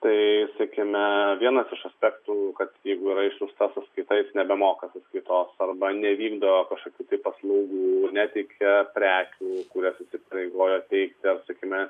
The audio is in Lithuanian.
tai sakykime vienas iš aspektų kad jeigu yra išsiųsta sąskaita jis nebemoka sąskaitos arba nevykdo kažkokių paslaugų neteikia prekių kurias įsipareigojo teikti ar sakykime